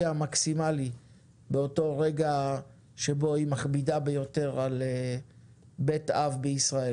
המקסימלי באותו רגע שבו היא מכבידה ביותר על בית אב בישראל.